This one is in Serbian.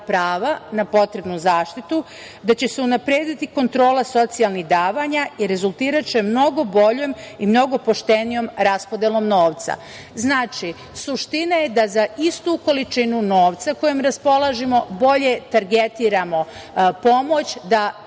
prava na potrebnu zaštitu, da će se unaprediti kontrola socijalnih davanja i rezultiraće mnogo boljom i mnogo poštenijom raspodelom novca. Znači, suština je da za istu količinu novca kojom raspolažemo bolje targetiramo pomoć, da